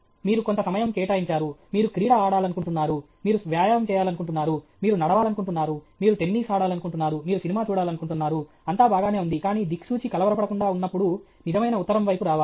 మీరు కొంత సమయం కేటాయించారు మీరు క్రీడ ఆడాలనుకుంటున్నారు మీరు వ్యాయామం చేయాలనుకుంటున్నారు మీరు నడవాలనుకుంటున్నారు మీరు టెన్నిస్ ఆడాలనుకుంటున్నారు మీరు సినిమా చూడాలనుకుంటున్నారు అంతా బాగానే ఉంది కానీ దిక్సూచి కలవరపడకుండా ఉన్నపుడు నిజమైన ఉత్తరం వైపు రావాలి